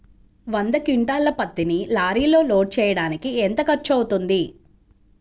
వంద క్వింటాళ్ల పత్తిని లారీలో లోడ్ చేయడానికి ఎంత ఖర్చవుతుంది?